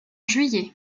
juillet